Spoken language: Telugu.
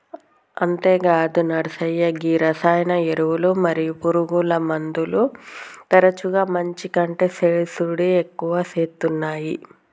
అంతేగాదు నర్సయ్య గీ రసాయన ఎరువులు మరియు పురుగుమందులు తరచుగా మంచి కంటే సేసుడి ఎక్కువ సేత్తునాయి